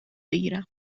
بگیرم